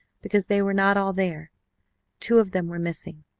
because they were not all there two of them were missing.